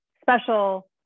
special